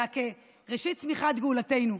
אלא כראשית צמיחת גאולתנו.